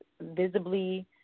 visibly